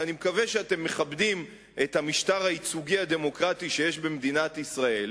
ואני מקווה שאתם מכבדים את המשטר הייצוגי-הדמוקרטי שיש במדינת ישראל.